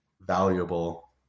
valuable